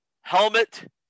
Helmet